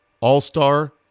all-star